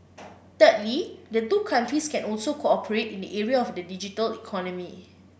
thirdly the two countries can also cooperate in the area of the digital economy